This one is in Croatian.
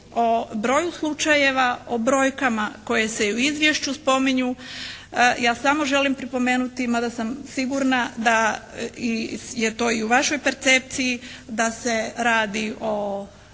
o broju slučajeva, o brojkama koje se i u izvješću spominju, ja samo želim pripomenuti, mada sam sigurna da je to i u vašoj percepciji, da se radi o